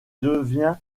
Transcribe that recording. devient